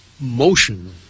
motion